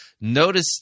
Notice